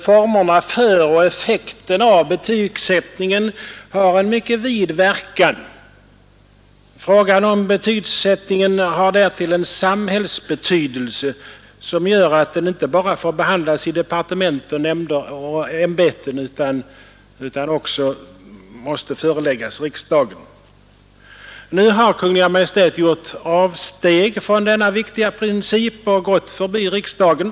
Formerna för och effekten av betygsättningen har en mycket vid verkan. Frågan om betygsättningen har därtill en samhällsbetydelse som gör att den inte bara får behandlas i departement, nämnder och ämbetsverk utan också måste föreläggas riksdagen. Nu har Kungl. Maj:t gjort avsteg från denna viktiga princip och gått förbi riksdagen.